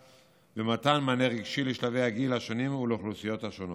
ומתן מענה רגשי בשלבי הגיל השונים ולאוכלוסיות השונות.